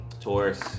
Taurus